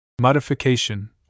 Modification